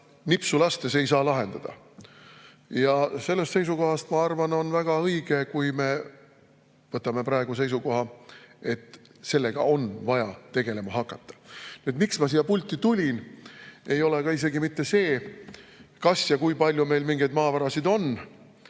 nipsu lastes ei saa lahendada. Sellest seisukohast on minu arvates väga õige, kui me võtame seisukoha, et sellega on vaja tegelema hakata. Miks ma siia pulti tulin? Asi ei ole isegi mitte selles, kas ja kui palju meil mingeid maavarasid on,